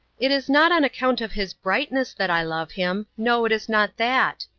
it is not on account of his brightness that i love him no, it is not that.